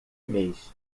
mês